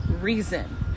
reason